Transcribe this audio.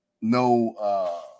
no